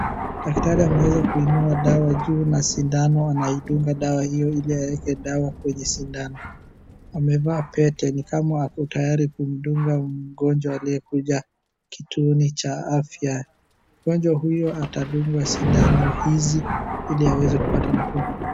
Daktarai ameweza kuinua dawa juu na sindano anaidunga dawa hio ili aeke dawa kwenye sindano. Amevaa pete ni kama ako tayari kumdunga mgonjwa aliyekuja kituoni cha afya. Mgonjwa huyo atadungwa sindano hizi ili aweze kupata nafuu.